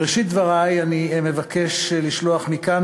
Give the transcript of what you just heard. בראשית דברי אני מבקש לשלוח מכאן,